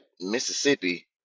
Mississippi